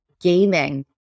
gaming